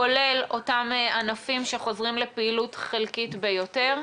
כולל אותם ענפים שחוזרים לפעילות חלקית ביותר.